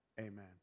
Amen